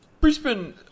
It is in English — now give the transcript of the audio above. Brisbane